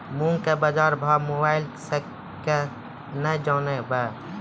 मूंग के बाजार भाव मोबाइल से के ना जान ब?